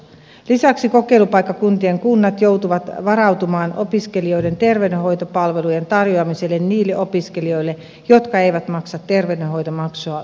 lisäksi kokeilupaikkakuntien kunnat joutuvat varautumaan opiskelijoiden terveydenhoitopalvelujen tarjoamiseen niille opiskelijoille jotka eivät maksa terveydenhoitomaksua ythslle